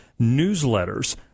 newsletters